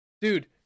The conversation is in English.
dude